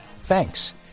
thanks